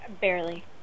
Barely